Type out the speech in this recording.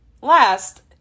Last